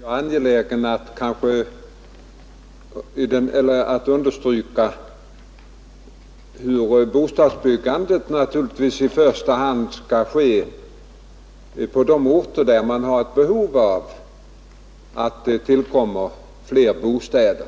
Herr talman! Jag är angelägen att understryka att bostadsbyggandet naturligtvis i första hand skall ske på de orter där man har behov av att det tillkommer fler bostäder.